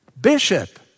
bishop